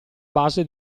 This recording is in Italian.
base